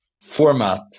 format